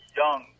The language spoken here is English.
young